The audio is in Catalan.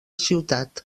ciutat